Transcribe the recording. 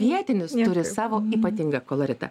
vietinis turi savo ypatingą koloritą